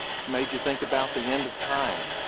it's made you think about the end of time.